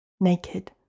naked